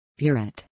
burette